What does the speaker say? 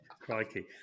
crikey